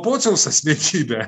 pociaus asmenybę